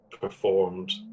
performed